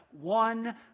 one